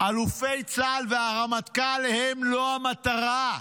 אלופי צה"ל והרמטכ"ל הם לא המטרה.